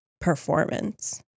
performance